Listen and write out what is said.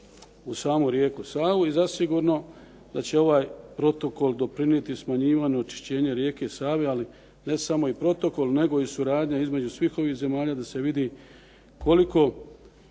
u samu rijeku Savu i zasigurno da će ovaj protokol doprinijeti smanjivanju onečišćenja rijeka Save, ali ne samo i protokol nego i suradnja između svih ovih zemalja da se vidi koliko